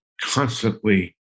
constantly